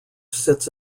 sits